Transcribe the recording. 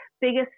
biggest